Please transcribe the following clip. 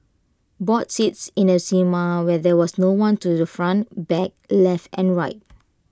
bought seats in the cinema where there was no one to the front back left and right